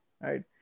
right